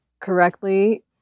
correctly